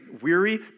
weary